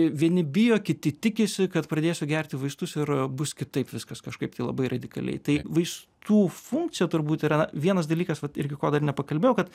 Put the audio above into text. vieni bijo kiti tikisi kad pradėsiu gerti vaistus ir bus kitaip viskas kažkaip tai labai radikaliai tai vaistų funkcija turbūt yra vienas dalykas vat irgi ko dar nepakalbėjau kad